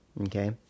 okay